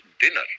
dinner